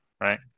Right